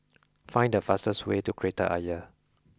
find the fastest way to Kreta Ayer